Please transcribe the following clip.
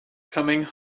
coming